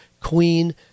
queen